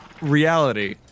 reality